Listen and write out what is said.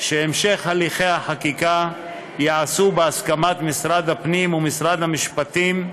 שהמשך הליכי החקיקה ייעשה בהסכמת משרד הפנים ומשרד המשפטים,